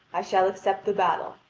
i shall accept the battle,